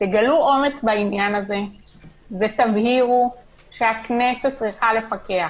תגלו אומץ בעניין הזה ותבהירו שהכנסת צריכה לפקח.